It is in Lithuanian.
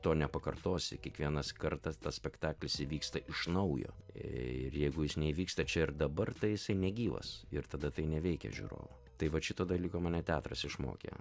to nepakartosi kiekvienas kartą tas spektaklis įvyksta iš naujo ir jeigu jis neįvyksta čia ir dabar tai jisai negyvas ir tada tai neveikia žiūrovų tai vat šito dalyko mane teatras išmokė